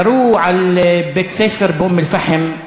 ירו על בית-ספר באום-אלפחם,